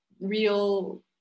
real